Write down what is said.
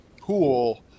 pool